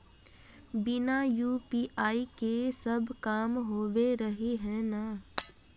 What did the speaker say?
बिना यु.पी.आई के सब काम होबे रहे है ना?